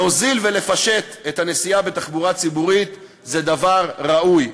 להוזיל ולפשט את הנסיעה בתחבורה הציבורית זה דבר ראוי,